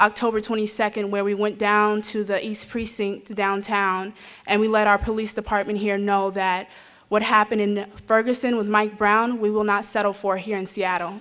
october twenty second where we went down to the east precinct downtown and we let our police department here know that what happened in ferguson with mike brown we will not settle for here in seattle